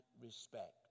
respect